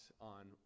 on